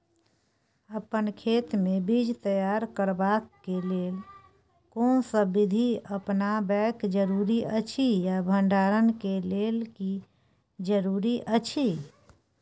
अपन खेत मे बीज तैयार करबाक के लेल कोनसब बीधी अपनाबैक जरूरी अछि आ भंडारण के लेल की जरूरी अछि?